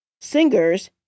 singers